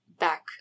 back